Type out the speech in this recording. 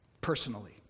personally